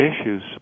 issues